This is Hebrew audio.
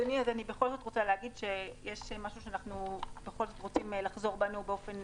אני בכל זאת רוצה להגיד שיש משהו שאנחנו רוצים לחזור בנו באופן